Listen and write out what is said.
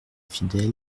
fidèles